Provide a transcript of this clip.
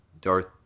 Darth